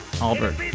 Albert